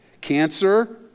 Cancer